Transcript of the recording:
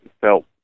felt